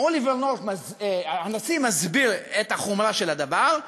אוליבר נורת' הנשיא מסביר את החומרה של הדבר,